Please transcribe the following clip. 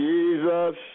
Jesus